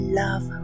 love